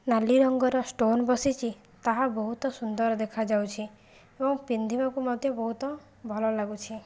ନାଲି ରଙ୍ଗର ଷ୍ଟୋନ ବସିଛି ତାହା ବହୁତ ସୁନ୍ଦର ଦେଖାଯାଉଛି ଏବଂ ପିନ୍ଧିବାକୁ ମଧ୍ୟ ବହୁତ ଭଲ ଲାଗୁଛି